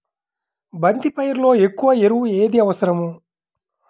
బంతి పైరులో ఎక్కువ ఎరువు ఏది అవసరం?